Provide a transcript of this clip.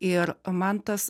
ir man tas